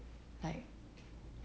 like